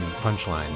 punchline